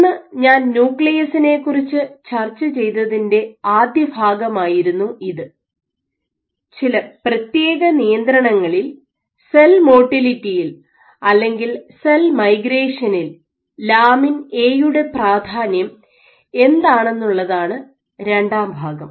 ഇന്ന് ഞാൻ ന്യൂക്ലിയസിനെ കുറിച്ച് ചർച്ച ചെയ്തതിൻ്റെ ആദ്യ ഭാഗമായിരുന്നു ഇത് ചില പ്രത്യേക നിയന്ത്രണങ്ങളിൽ സെൽ മോട്ടിലിറ്റിയിൽ അല്ലെങ്കിൽ സെൽ മൈഗ്രേഷനിൽ ലാമിൻ എ യുടെ പ്രാധാന്യം എന്താണെന്നുള്ളതാണ് രണ്ടാം ഭാഗം